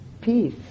peace